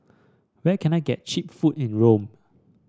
where can I get cheap food in Rome